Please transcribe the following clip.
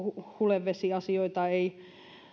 hulevesiasioita ei